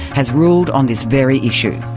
has ruled on this very issue.